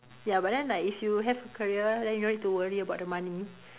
ya but then like if you have a career then you no need to worry about the money